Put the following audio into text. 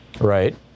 Right